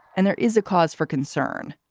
and there is a cause for concern.